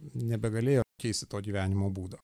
nebegalėjo keisti to gyvenimo būdo